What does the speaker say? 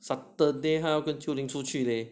saturday 他要跟秋铃出去 leh